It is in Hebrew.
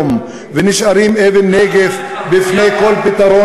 הוא, נאומי סולו.